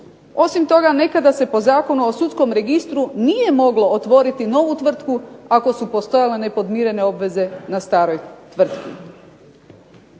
Osim toga nekada se po Zakonu o sudskom registru nije moglo otvoriti novu tvrtku ako su postojale nepodmirene obveze na staroj tvrtki.